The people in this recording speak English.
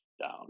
down